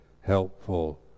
helpful